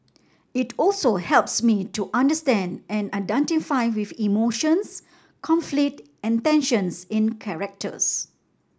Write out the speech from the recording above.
it also helps me to understand and identify with emotions conflict and tensions in characters